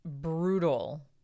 brutal